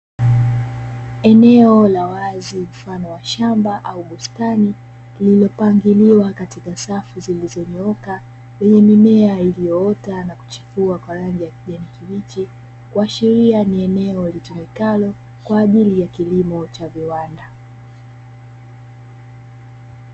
Eneo la wazi mfano wa shamba au bustani, lililopangiliwa katika safu zilizonyooka zenye mimea iliyoota na kuchipua kwa rangi ya kijani kibichi, kuashiria ni eneo litumikalo kwa ajili ya kilimo cha viwanda.